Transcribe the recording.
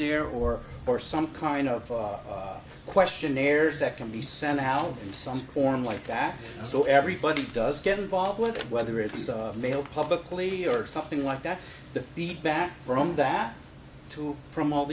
there or for some kind of questionnaire second be sent out in some form like that so everybody does get involved with it whether it's of mail publicly or something like that the feedback from that too from all